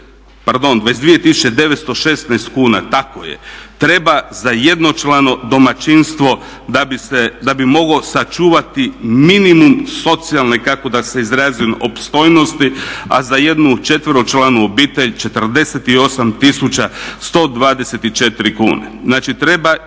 da 22916 kuna tako je treba za jednočlano domaćinstvo da bi mogao sačuvati minimum socijalne opstojnosti, a za jednu četveročlanu obitelj 48124 kune.